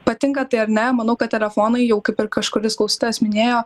patinka tai ar ne manau kad telefonai jau kaip ir kažkuris klausytojas minėjo